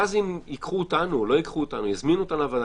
ואז אם יזמינו אותנו לוועדה,